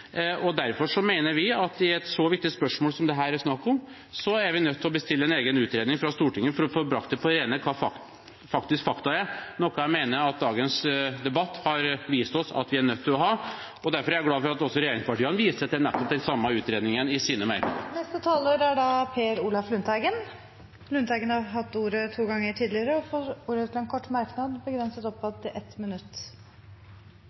regjering. Derfor mener vi at i et så viktig spørsmål som det her er snakk om, er vi nødt til å bestille en egen utredning fra Stortinget for å få brakt på det rene hva fakta er – noe jeg mener at dagens debatt har vist oss at vi er nødt til å få. Derfor er jeg glad for at også regjeringspartiene viser til nettopp den samme utredningen i sine merknader. Representanten Per Olaf Lundteigen har hatt ordet to ganger tidligere og får ordet til en kort merknad, begrenset til 1 minutt. Jeg kan forsikre Arbeiderpartiet om at